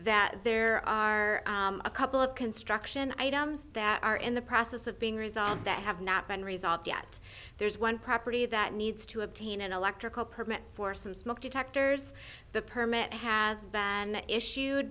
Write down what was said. that there are a couple of construction items that are in the process of being resolved that have not been resolved yet there's one property that needs to obtain an electrical permit for some smoke detectors the permit has banned issued